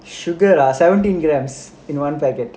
sugar ah seventeen grammes in one packet